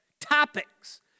topics